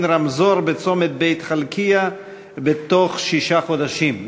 רמזור בצומת בית-חלקיה בתוך שישה חודשים",